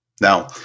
Now